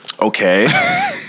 Okay